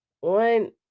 one